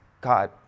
God